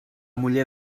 muller